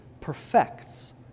perfects